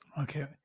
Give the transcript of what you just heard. Okay